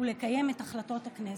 ולקיים את החלטות הכנסת.